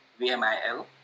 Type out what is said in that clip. VMIL